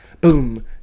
Boom